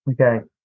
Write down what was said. okay